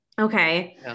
Okay